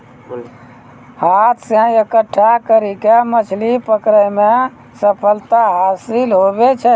हाथ से इकट्ठा करी के मछली पकड़ै मे सफलता हासिल हुवै छै